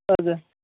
हजुर